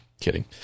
kidding